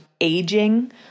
aging